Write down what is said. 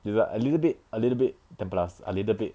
is like a little bit a little bit then plus a little bit